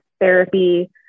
therapy